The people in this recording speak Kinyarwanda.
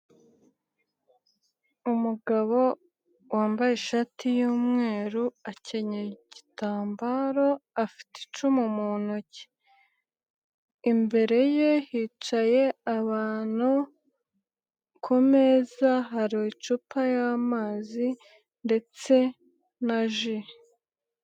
Umugabo wambaye ishati yumweru akenyeye igitambaro afite icumu mu ntoki. Imbere ye hicaye abantu, kumeza hari icupa ry'amazi ndetse na ji.